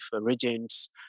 regions